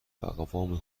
اقوام